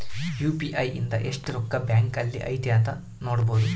UPI ಇಂದ ಎಸ್ಟ್ ರೊಕ್ಕ ಬ್ಯಾಂಕ್ ಅಲ್ಲಿ ಐತಿ ಅಂತ ನೋಡ್ಬೊಡು